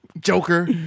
Joker